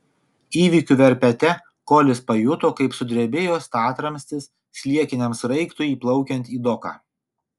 įvykių verpete kolis pajuto kaip sudrebėjo statramstis sliekiniam sraigtui įplaukiant į doką